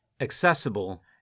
accessible